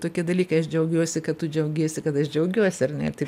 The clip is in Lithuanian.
tokie dalykai aš džiaugiuosi kad tu džiaugiesi kad aš džiaugiuosi ar ne tai